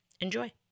Enjoy